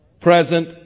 present